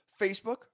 Facebook